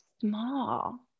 small